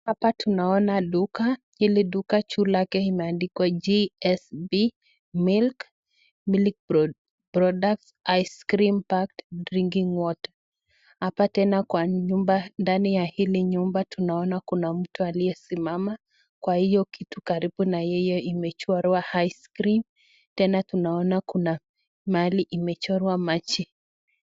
Hapa tunaona duka. Hili duka juu lake imeandikwa GSB Milk, Milk Products, Ice Cream, Packed Drinking Water . Hapa tena kwa nyumba ndani ya hili nyumba tunaona kuna mtu aliyesimama. Kwa hiyo kitu karibu na yeye imechorwa ice cream . Tena tunaona kuna mahali imechorwa maji.